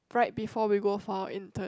right before we go for our intern